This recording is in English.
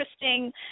interesting